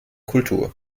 kultur